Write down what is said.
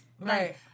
Right